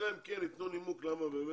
אלא אם כן ייתנו נימוק,